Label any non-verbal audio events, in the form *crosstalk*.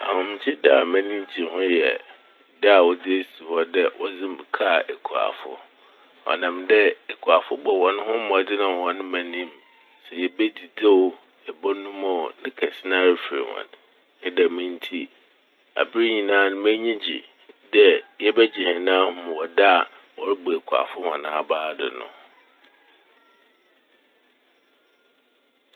Ahomgye da a *noise* m'enyi gye ho yɛ da a wɔdze esi hɔ dɛ wɔdze m-kaa ekuafo. Ɔnam dɛ ekuafo bɔ hɔn ho mbɔdzen wɔ *noise* hɔn man ne m'. Sɛ yebedzidzi oo, sɛ yɛbɔnom oo ne kɛse nara fir hɔn ne dɛm ntsi aber nyinaa n' m'enyi gye dɛ *noise* yɛbegye hɛn ahom wɔ da a wɔrobɔ ekuafo hɔn abaw do no.